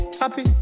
happy